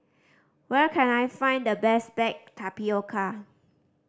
where can I find the best baked tapioca